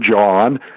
John